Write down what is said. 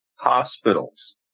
hospitals